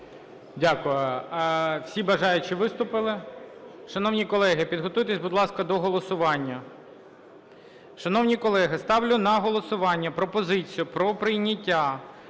Дякую. Всі бажаючі виступили. Шановні колеги, підготуйтесь, будь ласка до голосування. Шановні колеги, ставлю на голосування пропозицію про прийняття